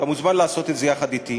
אתה מוזמן לעשות את זה יחד אתי.